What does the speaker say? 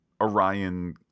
orion